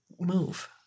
move